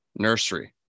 nursery